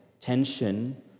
tension